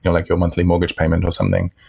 like your monthly mortgage payment or something.